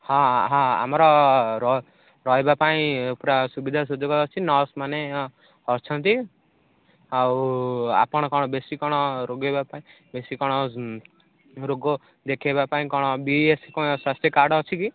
ହଁ ହଁ ଆମର ରହିବା ପାଇଁ ପୁରା ସୁବିଧା ସୁଯୋଗ ଅଛି ନର୍ସ୍ ମାନେ ଅଛନ୍ତି ଆଉ ଆପଣ କ'ଣ ବେଶି କ'ଣ ପାଇଁ ବେଶି କ'ଣ ରୋଗ ଦେଖେଇବା ପାଇଁ କଣ ବି ଏସ୍ କେ ୱାଇ ସ୍ୱାସ୍ଥ୍ୟ କାର୍ଡ଼୍ ଅଛି କି